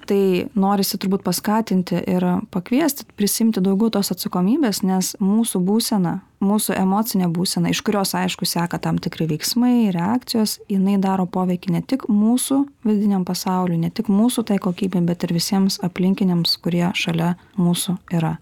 tai norisi turbūt paskatinti ir pakviesti prisiimti daugiau tos atsakomybės nes mūsų būsena mūsų emocinė būsena iš kurios aišku seka tam tikri veiksmai reakcijos jinai daro poveikį ne tik mūsų vidiniam pasauliui ne tik mūsų tai kokybei bet ir visiems aplinkiniams kurie šalia mūsų yra